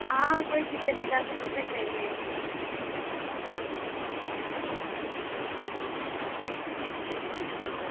आं कोई चक्कर निं दस्स बजे तक्कर आई जायो